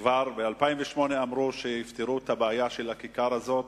כבר ב-2008 אמרו שיפתרו את הבעיה של הכיכר הזאת.